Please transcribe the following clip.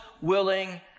willing